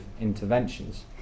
interventions